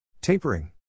Tapering